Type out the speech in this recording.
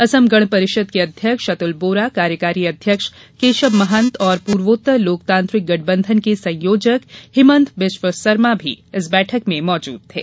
असम गण परिषद के अध्यक्ष अतुल बोरा कार्यकारी अध्यक्ष केशब महंत और पूर्वोत्तर लोकतांत्रिक गठबंधन के संयोजक हिमंत बिस्व सरमा भी इस बैठक में मौजूद थे